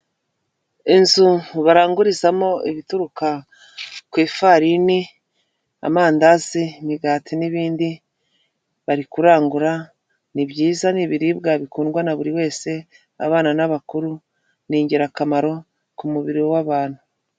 Inzu barangurizamo ibituruka ku ifarini, amandazi, imigati n'ibindi, bari kurangura, ni byiza ni ibibiribwa bikundwa na buri wese, abana n'abakuru, ni ingirakamaro ku mubiri w'abantu.